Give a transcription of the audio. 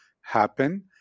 happen